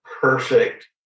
perfect